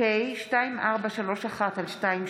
פ/2431/23